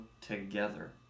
together